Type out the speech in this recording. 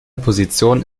position